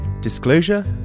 Disclosure